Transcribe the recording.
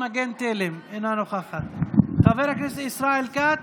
אינה נוכחת, חבר הכנסת ישראל כץ,